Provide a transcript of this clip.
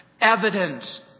Evidence